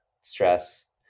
stress